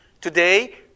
today